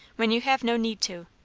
when you have no need to.